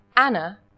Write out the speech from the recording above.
Anna